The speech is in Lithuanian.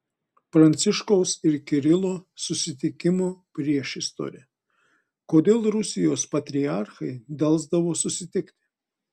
pranciškaus ir kirilo susitikimo priešistorė kodėl rusijos patriarchai delsdavo susitikti